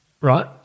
right